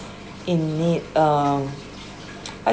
in need uh I